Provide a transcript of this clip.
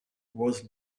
was